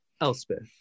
Elspeth